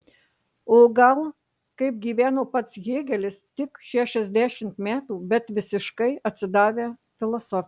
o gal kaip gyveno pats hėgelis tik šešiasdešimt metų bet visiškai atsidavę filosofijai